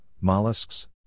mollusks